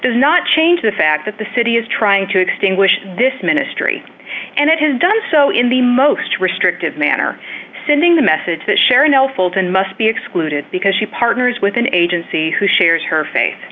does not change the fact that the city is trying to extinguish this ministry and it has done so in the most restrictive manner sending the message that sharon l fulton must be excluded because she partners with an agency who shares her faith